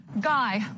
guy